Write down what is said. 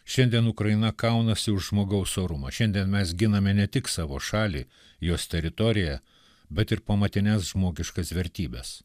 šiandien ukraina kaunasi už žmogaus orumą šiandien mes giname ne tik savo šalį jos teritoriją bet ir pamatines žmogiškas vertybes